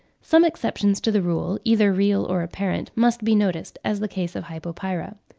some exceptions to the rule, either real or apparent, must be noticed, as the case of hypopyra.